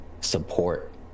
support